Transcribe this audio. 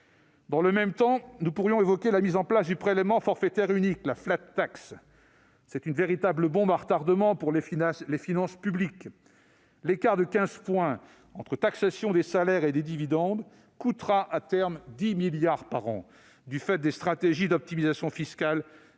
Dans le même temps, nous pourrions évoquer la mise en place du prélèvement forfaitaire unique, la, véritable bombe à retardement pour les finances publiques. L'écart de 15 points entre la taxation des salaires et celle des dividendes coûtera, à terme, 10 milliards d'euros par an, du fait des stratégies d'optimisation fiscale mises